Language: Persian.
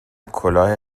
کلاه